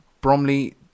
Bromley